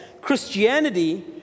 Christianity